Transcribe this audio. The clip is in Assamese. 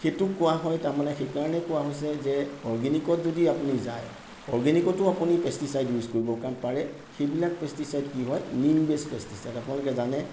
সেইটোক কোৱা হয় তাৰমানে সেইকাৰণে কোৱা হৈছে যে অৰ্গেনিকত যদি আপুনি যায় অৰ্গেনিকটো আপুনি পেষ্টিচাইট ইউজ কৰিব কাৰণ পাৰে সেইবিলাক পেষ্টিচাইট কি হয় নিম বেছ পেষ্টিচাইট আপোনালোকে জানে